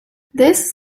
this